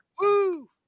Woo